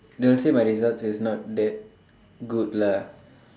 they will say my results is not that good lah